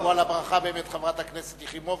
תבוא על הברכה גם חברת הכנסת יחימוביץ,